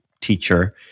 teacher